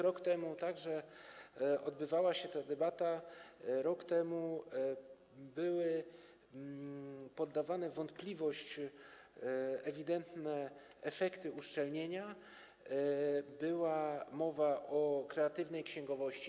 Rok temu także odbywała się taka debata, rok temu były podawane w wątpliwość ewidentne efekty uszczelnienia, była mowa o kreatywnej księgowości.